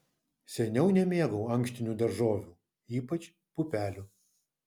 seniau nemėgau ankštinių daržovių ypač pupelių